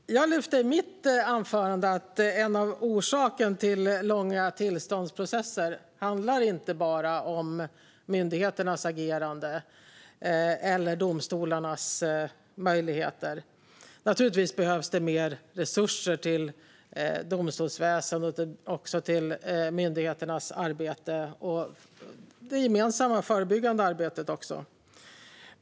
Herr talman! Jag lyfte i mitt anförande att orsakerna till de långa tillståndsprocesserna inte bara handlar om myndigheternas agerande eller domstolarnas möjligheter. Naturligtvis behövs det mer resurser till domstolsväsendet och myndigheternas arbete och även till det gemensamma förebyggande arbetet.